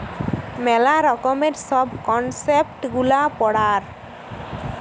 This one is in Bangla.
মেলা রকমের সব কনসেপ্ট গুলা হয় পড়ার